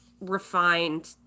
refined